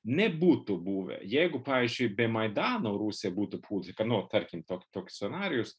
nebūtų buvę jeigu pavyzdžiui be maidano rusija būtų puolusi nu tarkim tokį toks scenarijus